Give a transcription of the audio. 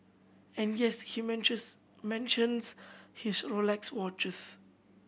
and yes he mentions his Rolex watches